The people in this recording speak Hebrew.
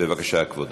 בבקשה, כבודו.